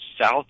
South